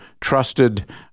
trusted